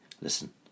listen